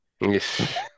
Yes